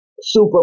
super